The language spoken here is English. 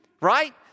right